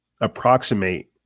approximate